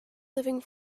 living